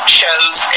shows